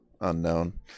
Unknown